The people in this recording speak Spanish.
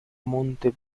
monte